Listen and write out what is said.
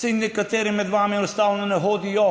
saj nekateri med vami enostavno ne hodijo